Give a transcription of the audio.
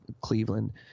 Cleveland